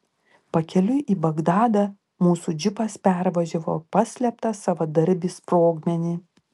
pakeliui į bagdadą mūsų džipas pervažiavo paslėptą savadarbį sprogmenį